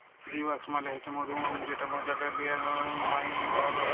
bee wax মালে হছে মধুমম যেটা মচাকের দিয়াল থ্যাইকে বালাল হ্যয়